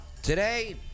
Today